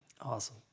Awesome